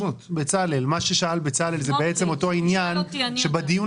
מה ששאל בצלאל זה בעצם אותו עניין שבדיון